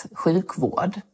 sjukvård